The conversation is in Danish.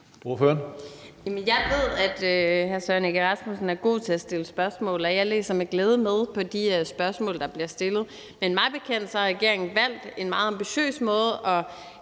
Jeg ved, at hr. Søren Egge Rasmussen er god til at stille spørgsmål, og jeg læser med glæde med på de spørgsmål, der bliver stillet. Men mig bekendt har regeringen valgt en meget ambitiøs måde